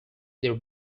their